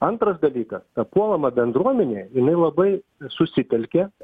antras dalykas ta puolama bendruomenė jinai labai susitelkia